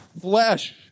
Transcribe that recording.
flesh